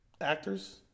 Actors